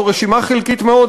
זו רשימה חלקית מאוד,